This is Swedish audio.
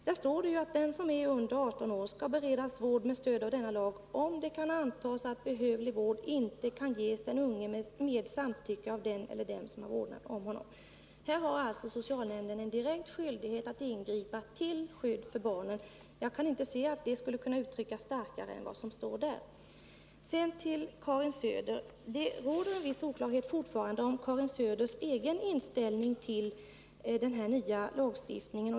Där står att den som är under 18 år skall beredas vård med stöd av denna lag, om det kan antas att behövlig vård inte kan ges den unge med samtycke av den eller dem som har vårdnaden om honom. I dessa fall har alltså socialnämnden en direkt skyldighet att ingripa till skydd för barnen. Jag kan inte se att det skulle kunna uttryckas starkare än det står där. Det råder fortfarande en viss oklarhet om Karin Söders egen inställning till den nya lagstiftningen.